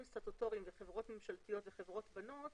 סטטוטוריים וחברות ממשלתיות וחברות בנות,